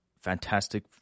fantastic